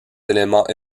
éléments